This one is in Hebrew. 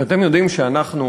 שאתם יודעים שאנחנו,